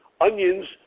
onions